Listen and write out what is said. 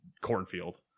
cornfield